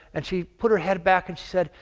and she put her head back and she said,